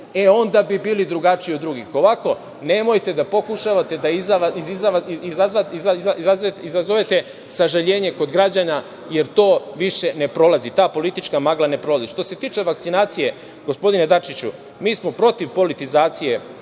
E, onda bi bili drugačiji od drugih. Ovako, nemojte da pokušavate da izazovete sažaljenje kod građana, jer to više ne prolazi, ta politička magla ne prolazi. Što se tiče vakcinacije, gospodine Dačiću, mi smo protiv politizacije,